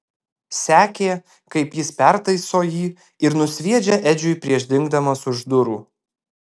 sekė kaip jis pertaiso jį ir nusviedžia edžiui prieš dingdamas už durų